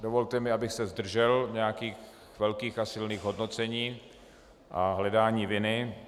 Dovolte mi, abych se zdržel nějakých velkých a silných hodnocení a hledání viny.